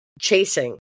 chasing